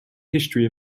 history